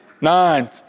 Nine